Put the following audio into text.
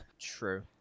true